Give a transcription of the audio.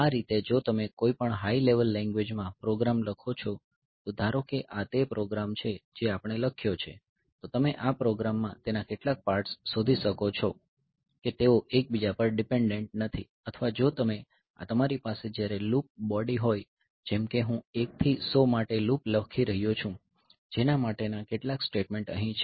આ રીતે જો તમે કોઈ હાય લેવલ લેન્ગ્વેજ માં પ્રોગ્રામ લખો છો તો ધારો કે આ તે પ્રોગ્રામ છે જે આપણે લખ્યો છે તો તમે આ પ્રોગ્રામમાં તેના કેટલાક પાર્ટસ શોધી શકો છો કે તેઓ એકબીજા પર ડિપેન્ડન્ટ નથી અથવા જો તમે આ તમારી પાસે જ્યારે લૂપ બોડી હોય જેમ કે હું 1 થી 100 માટે લૂપ લખી રહ્યો છું જેના માટેના કેટલાક સ્ટેટમેંટ અહી છે